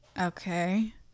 Okay